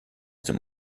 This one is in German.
dem